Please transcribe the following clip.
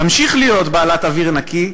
תמשיך להיות בעלת אוויר נקי?